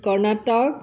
Karnataka